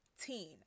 teen